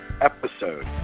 episode